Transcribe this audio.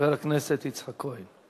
חבר הכנסת יצחק כהן.